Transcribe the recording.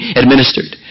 administered